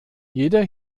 jeder